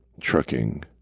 Trucking